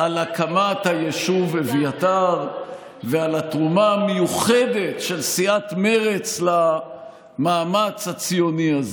גנבת דעת והתנהלות הפוכה לכל תפיסה אידיאולוגית שהציגו במהלך השנים,